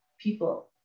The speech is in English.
people